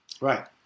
Right